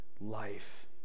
life